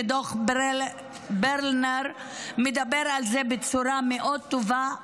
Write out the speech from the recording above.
ודוח ברלינר מדבר על זה בצורה מאוד טובה,